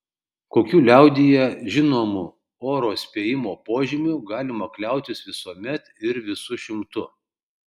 kokiu liaudyje žinomu oro spėjimo požymiu galima kliautis visuomet ir visu šimtu